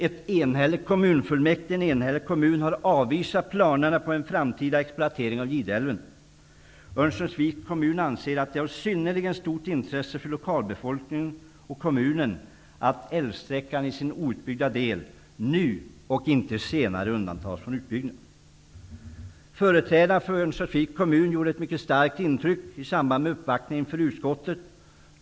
Ett enhälligt kommunfullmäktige -- en enhällig kommun -- har avvisat planerna på en framtida exploatering av Gideälven. Man anser i Örnsköldsviks kommun att det är av synnerligen stort intresse för lokalbefolkningen och kommunen att älvsträckan i sin outbyggda del nu, inte senare, undantas från utbyggnad. Företrädarna för Örnsköldsviks kommun gjorde ett mycket starkt intryck i samband med uppvaktningen inför utskottet.